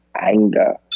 anger